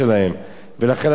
נכון,